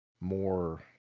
more